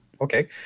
okay